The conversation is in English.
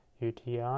UTI